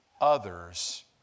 others